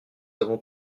avons